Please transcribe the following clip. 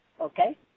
Okay